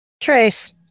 Trace